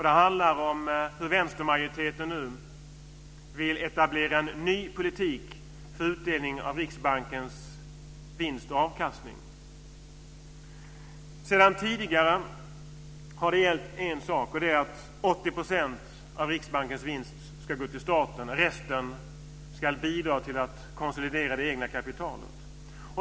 Den handlar om att vänstermajoriteten vill etablera en ny politik för utdelning av Riksbankens vinst och avkastning. Sedan tidigare har en sak gällt, nämligen att 80 % av Riksbankens vinst ska gå till staten. Resten ska bidra till att konsolidera det egna kapitalet.